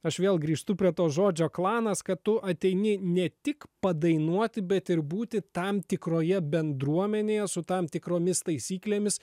aš vėl grįžtu prie to žodžio klanas kad tu ateini ne tik padainuoti bet ir būti tam tikroje bendruomenėje su tam tikromis taisyklėmis